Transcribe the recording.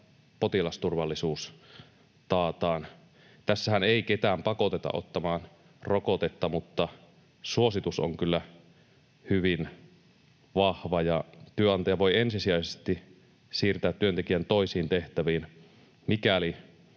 potilasturvallisuus taataan. Tässähän ei ketään pakoteta ottamaan rokotetta, mutta suositus on kyllä hyvin vahva, ja työnantaja voi ensisijaisesti siirtää työntekijän toisiin tehtäviin, mikäli